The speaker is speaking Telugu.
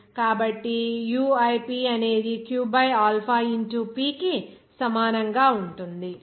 కాబట్టి uip అనేది Q by alpha into p కి సమానంగా ఉంటుంది